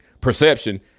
perception